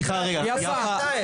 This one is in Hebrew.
סליחה רגע, יפה.